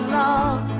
love